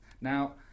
Now